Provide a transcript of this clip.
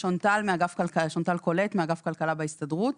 שונטל קולט, מאגף כלכלה בהסתדרות.